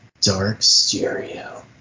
Darkstereo